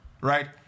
right